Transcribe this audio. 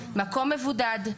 מקום מבודד,